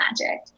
Magic